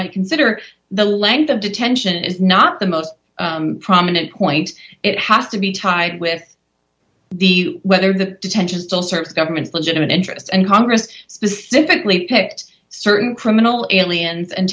might consider the length of detention is not the most prominent point it has to be tied with the whether the detention still serves government's legitimate interest and congress specifically picked certain criminal illegal and